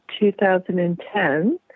2010